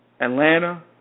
Atlanta